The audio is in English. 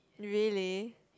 really